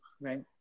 Right